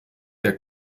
der